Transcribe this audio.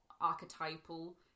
archetypal